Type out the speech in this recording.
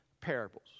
parables